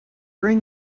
bring